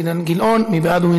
הרווחה והבריאות נתקבלה.